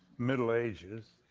middle ages